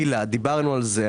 דיברנו על זה.